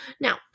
Now